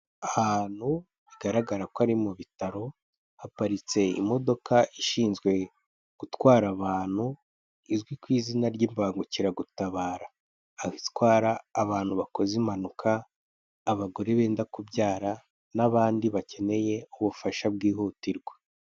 Ahantu bigaragara ko ari mu bitaro, haparitse imodoka ishinzwe gutwara abantu, izwi ku izina ry'imbangukiragutabara. Aho itwara abantu bakoze impanuka, abagore benda kubyara n'abandi bakeneye ubufasha bwihutirwa.